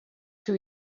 two